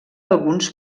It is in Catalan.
alguns